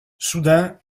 soudain